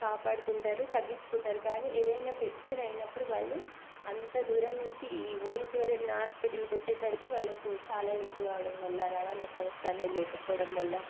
కాపాడుకుంటారు తగ్గించుకుంటారు కానీ ఏదైనా పెద్దది అయినప్పుడు వాళ్ళు అంత దూరం నుంచి ఈ ఊరి చివర ఉన్న హాస్పిటల్కి వచ్చేసరికి వాళ్ళకు చాలా లేటు కావడం వల్ల రవాణా సంస్థ అనేది లేకపోవడం వల్ల